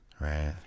Right